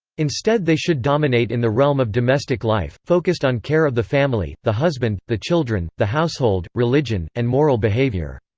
instead they should dominate in the realm of domestic life, focused on care of the family, the husband, the children, the household, religion, and moral behaviour.